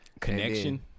Connection